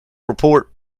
report